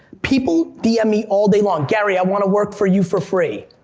people dm me all day long, gary, i want to work for you for free.